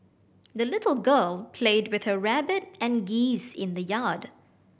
the little girl played with her rabbit and geese in the yard